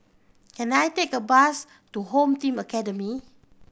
can I take a bus to Home Team Academy